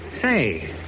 Say